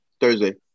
Thursday